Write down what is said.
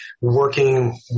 working